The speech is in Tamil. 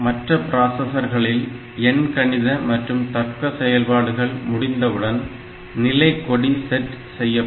மற்ற பிராசஸர்களில் எண்கணித மற்றும் தர்க்க செயல்பாடுகள் முடிந்தவுடன் நிலை கொடி செட் செய்யப்படும்